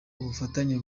ubufatanye